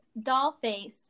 dollface